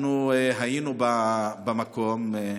אנחנו היינו במקום,